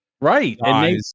right